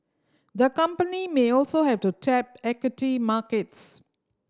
the company may also have to tap equity markets